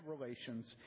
relations